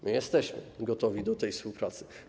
My jesteśmy gotowi do tej współpracy.